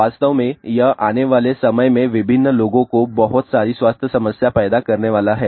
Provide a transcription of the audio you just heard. वास्तव में यह आने वाले समय में विभिन्न लोगों को बहुत सारी स्वास्थ्य समस्या पैदा करने वाला है